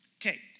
Okay